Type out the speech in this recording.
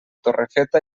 torrefeta